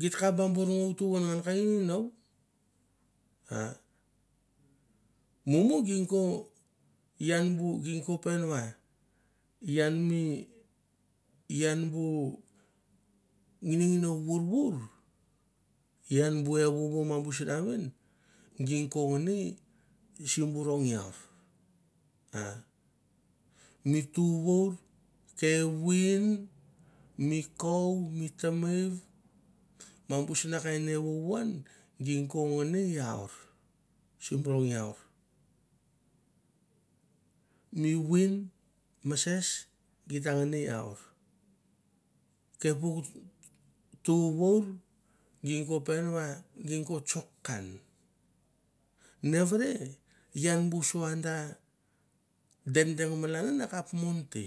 Gitak abor ngou tu vangang ka i ngou a mumu kungko ian bu ginko pevin iwa ian mi ian bu nginingino vurvur ian lomen m snan mi ven ginko ngomi simbore ngia a mi tu vov kevin mi kou, mi tever mabasnakan evavan ginko ngani a mi tu vov kovin mi keu mi ven ginko ngani iour sim bor wa mi win masses gita ngai aur kepink tovor ginko pevin wa ginko tsok kan. nevere iab so anda deng deng malan an akap man to